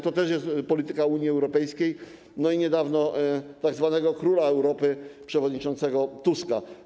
To też jest polityka Unii Europejskiej i niedawno tzw. króla Europy, przewodniczącego Tuska.